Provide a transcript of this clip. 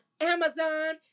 Amazon